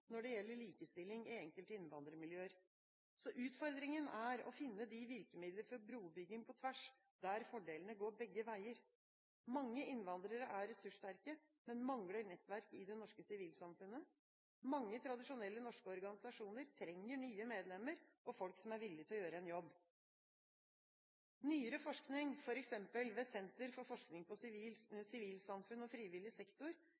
når det gjelder likestilling i enkelte innvandrermiljøer. Så utfordringen er å finne virkemidler for brobygging på tvers, der fordelene går begge veier. Mange innvandrere er ressurssterke, men mangler nettverk i det norske sivilsamfunnet. Mange tradisjonelle norske organisasjoner trenger nye medlemmer og folk som er villig til å gjøre en jobb. Nyere forskning, f.eks. ved Senter for forskning på sivilsamfunn og frivillig sektor,